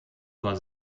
war